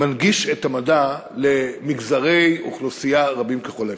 מנגיש את המדע למגזרי אוכלוסייה רבים ככל האפשר.